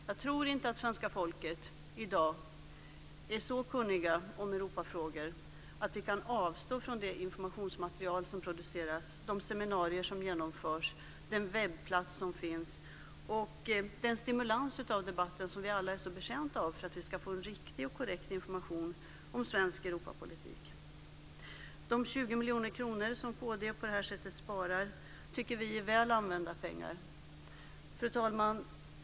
Jag tror inte att svenska folket i dag är så kunnigt om Europafrågor att vi kan avstå från det informationsmaterial som produceras, de seminarier som genomförs, den webbplats som finns och den stimulans av debatten som vi alla är så betjänta av för att vi ska få en riktig och korrekt information om svensk Europapolitik. De 20 miljoner kronor som kd på det här sättet sparar tycker vi är väl använda pengar. Fru talman!